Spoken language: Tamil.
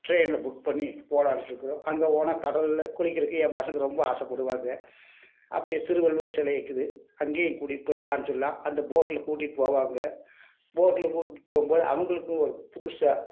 ட்ரெயினில் புக் பண்ணி போகலான்ட்டு இருக்கிறோம் அங்கே போனால் கடலில் குளிக்கிறதுக்கு என் பசங்க ரொம்ப ஆசைப்படுவாங்க அப்படியே திருவள்ளுவர் சிலை இருக்குது அங்கேயும் கூட்டிட்டுப்போய் காம்ச்சிடலாம் அந்த போட்டில் கூட்டிட்டு போவாங்க போட்டில் கூட்டிட்டு போகும்போது அவங்களுக்கும் ஒரு புதுசாக